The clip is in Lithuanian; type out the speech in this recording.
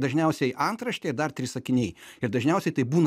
dažniausiai antraštėje i dar trys sakiniai ir dažniausiai tai būna